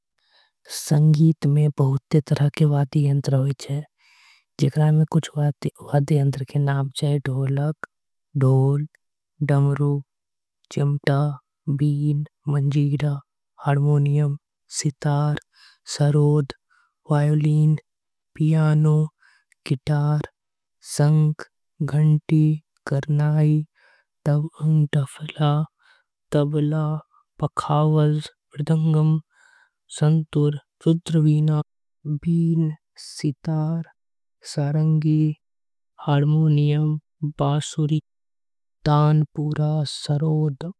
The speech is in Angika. संगीत में बहुते तरह के वाद्य यंत्र के नाम छे जेकरा। में ढोलक, ढोल, डमरू चिमटा, पियानो गिटार। तबला, मंजीरा, वायलिन, पखावल, सारंगी, बीना। बांसुरी, तानपुरा, सरोद हारमोनियम बिन सितार।